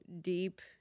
deep